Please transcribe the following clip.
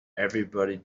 everybody